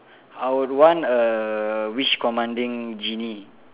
I would want a wish commanding genie